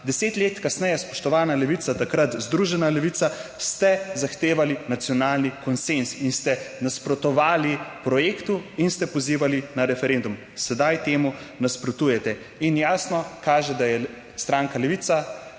deset let kasneje, spoštovana levica, takrat Združena Levica, ste zahtevali nacionalni konsenz in ste nasprotovali projektu in ste pozivali na referendum, sedaj temu nasprotujete in jasno kaže, da je stranka Levica